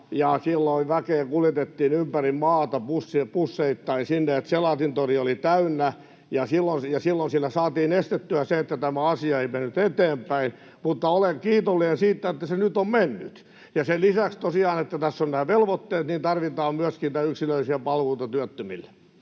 silloin väkeä kuljetettiin ympäri maata busseittain sinne, että Senaatintori oli täynnä. Silloin siellä saatiin estettyä se, että tämä asia olisi mennyt eteenpäin, mutta olen kiitollinen siitä, että se nyt on mennyt. Ja tosiaan sen lisäksi, että tässä ovat nämä velvoitteet, tarvitaan myöskin niitä yksilöllisiä palveluita työttömille.